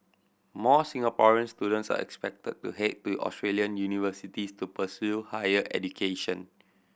more Singaporeans students are expected to head to Australian universities to pursue higher education